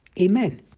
Amen